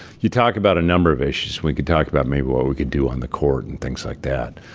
you talk about a number of issues. we could talk about maybe what we could do on the court and things like that.